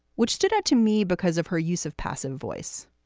which stood out to me because of her use of passive voice.